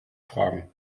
fragen